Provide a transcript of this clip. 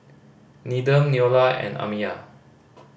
Needham Neola and Amiyah